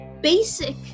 basic